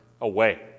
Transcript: away